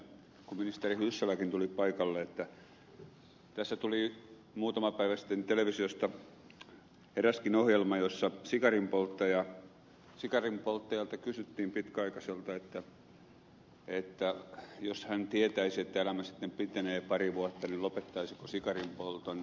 sen verran kun ministeri hyssäläkin tuli paikalle että tässä tuli muutama päivä sitten televisiosta eräskin ohjelma jossa pitkäaikaiselta sikarinpolttajalta kysyttiin että jos hän tietäisi että elämä sitten pitenee pari vuotta niin lopettaisiko sikarinpolton